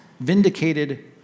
Vindicated